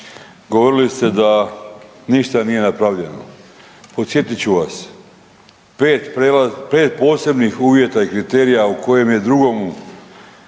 Govorili ste da ništa nije napravljeno. Podsjetit ću vas pet posebnih uvjeta i kriterija u kojem je drugomu